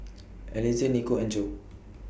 Eliezer Nikko and Jo